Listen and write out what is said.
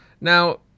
Now